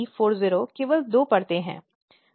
यह cle40 केवल दो परतें हैं